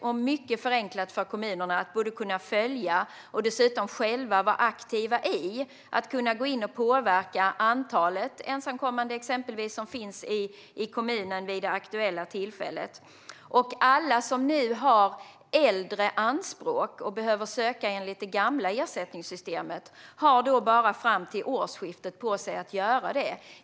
Det har avsevärt förenklat kommunernas möjligheter att följa det här och dessutom själva vara aktiva genom att gå in och påverka exempelvis antalet ensamkommande som finns i kommunen vid det aktuella tillfället. Alla som nu har äldre anspråk och behöver söka enligt det gamla ersättningssystemet har bara fram till årsskiftet på sig att göra det.